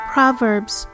Proverbs